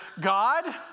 God